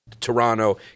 Toronto